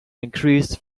increased